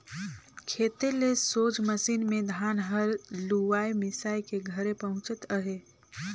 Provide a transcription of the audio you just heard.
खेते ले सोझ मसीन मे धान हर लुवाए मिसाए के घरे पहुचत अहे